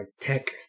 tech